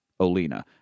Olina